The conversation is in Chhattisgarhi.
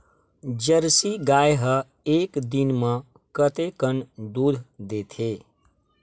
जर्सी गाय ह एक दिन म कतेकन दूध देथे?